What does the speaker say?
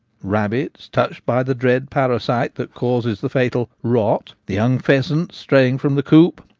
rabbits touched by the dread parasite that causes the fatal rot the young pheasant straying from the coop,